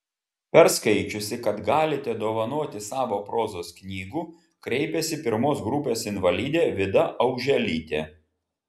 perskaičiusi kad galite dovanoti savo prozos knygų kreipėsi pirmos grupės invalidė vida auželytė